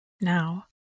Now